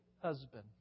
husband